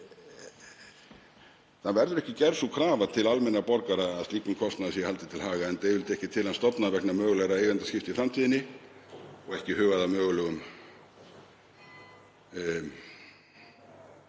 Það verður ekki gerð sú krafa til almennra borgara að slíkum kostnaði sé haldið til haga enda yfirleitt ekki til hans stofnað vegna mögulegra eigendaskipta í framtíðinni og ekki hugað að mögulegum